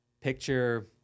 Picture